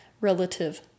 relative